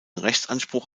rechtsanspruch